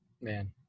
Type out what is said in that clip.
man